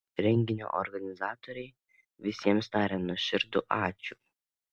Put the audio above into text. renginio organizatoriai visiems taria nuoširdų ačiū